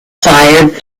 fired